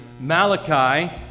Malachi